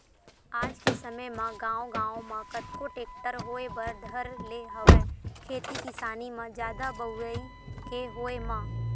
आज के समे म गांव गांव म कतको टेक्टर होय बर धर ले हवय खेती किसानी म जादा बउरई के होय म